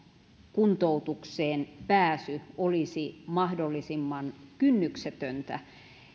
kuntoutukseen pääsy olisi mahdollisimman kynnyksetöntä